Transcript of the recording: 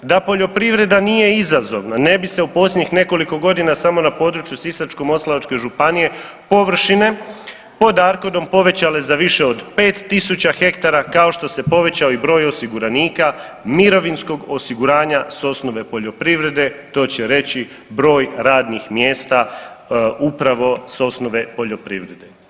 Da poljoprivreda nije izazovna ne bi se u posljednjih nekoliko godina samo na području Sisačko-moslavačke županije površine pod ARKOD-om povećale za više od 5.000 hektara, kao što se povećao i broj osiguranika mirovinskog osiguranja s osnove poljoprivrede, to će reći broj radnih mjesta upravo s osnove poljoprivrede.